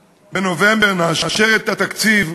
בנובמבר, כשנאשר את התקציב,